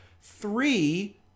Three